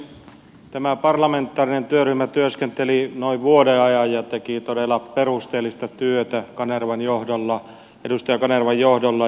tämä parlamentaarinen työryhmä työskenteli noin vuoden ajan ja teki todella perusteellista työtä edustaja kanervan johdolla